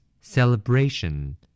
Celebration